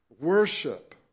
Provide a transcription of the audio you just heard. worship